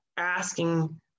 asking